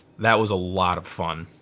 that was a lot of fun.